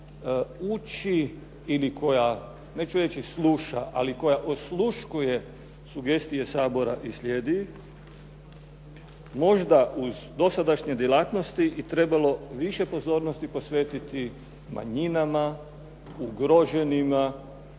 uči ili koja, neću reći sluša, ali koja osluškuje sugestije Sabora i slijedi ih. Možda je uz dosadašnje djelatnosti i trebalo više pozornosti posvetiti manjinama, ugroženima,